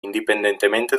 indipendentemente